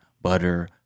butter